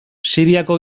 siriako